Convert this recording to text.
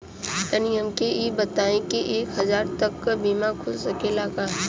तनि हमके इ बताईं की एक हजार तक क बीमा खुल सकेला का?